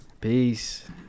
Peace